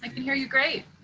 like can hear you great.